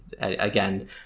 again